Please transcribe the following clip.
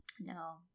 No